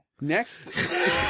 Next